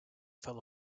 fell